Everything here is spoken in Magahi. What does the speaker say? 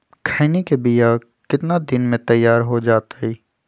खैनी के बिया कितना दिन मे तैयार हो जताइए?